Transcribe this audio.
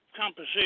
composition